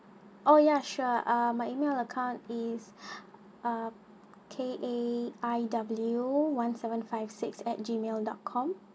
oh ya sure uh my email is uh K A I W one seven five six at G mail dot com